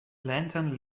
lantern